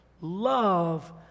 love